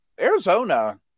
Arizona